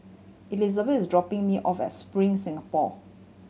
Elisabeth is dropping me off at Spring Singapore